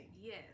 yes